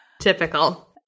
Typical